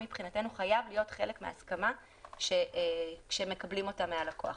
מבחינתנו חייב להיות חלק מההסכמה שמקבלים מהלקוח.